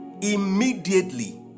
immediately